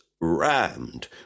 rammed